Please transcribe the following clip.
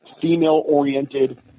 female-oriented